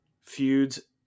feuds